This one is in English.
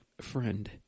Friend